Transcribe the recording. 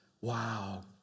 wow